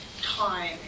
time